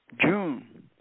June